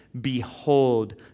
behold